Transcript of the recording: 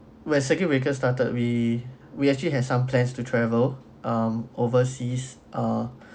when circuit breaker started we we actually have some plans to travel um overseas ah